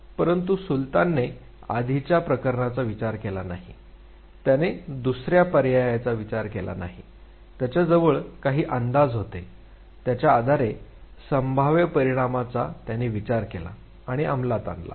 परंतु सुलतानने आधीच्या प्रकरणाचा विचार केला नाही त्याने दुसऱ्या पर्यायांचा विचार केला नाही त्याच्या जवळ काही अंदाज होते ज्याच्या आधारे संभाव्य परिणामाचा त्याने विचार केला आणि अंमलात आणला